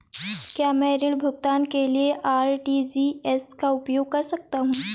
क्या मैं ऋण भुगतान के लिए आर.टी.जी.एस का उपयोग कर सकता हूँ?